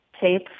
tape